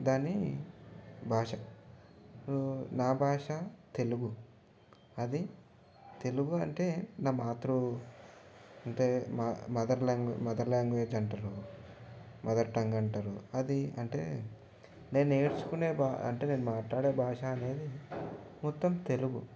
దాని భాష నా భాష తెలుగు అది తెలుగు అంటే నా మాతృ అంటే మదర్ లాంగ్వేజ్ మదర్ లాంగ్వేజ్ అంటారు మదర్ టంగ్ అంటారు అది అంటే నేను నేర్చుకునే బా అంటే నేను మాట్లాడే భాష అనేది మొత్తం తెలుగు